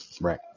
Right